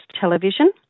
Television